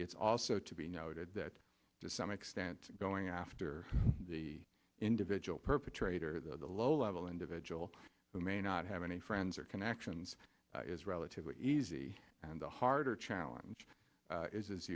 it's also to be noted that to some extent going after the individual perpetrator or the low level individual who may not have any friends or connections is relatively easy and the harder challenge